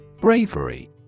Bravery